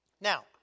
Now